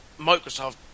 Microsoft